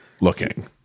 looking